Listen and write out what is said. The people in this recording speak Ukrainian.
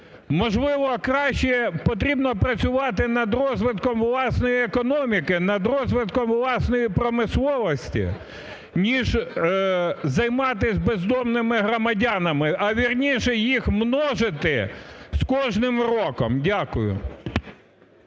Можливо, краще потрібно працювати над розвитком власної економіки, над розвитком власної промисловості ніж займати бездомними громадянами, а вірніше їх множити з кожним роком? Дякую.